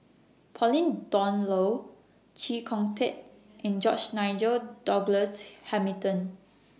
Pauline Dawn Loh Chee Kong Tet and George Nigel Douglas Hamilton